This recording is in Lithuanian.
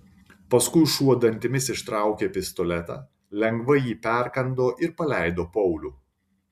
paskui šuo dantimis ištraukė pistoletą lengvai jį perkando ir paleido paulių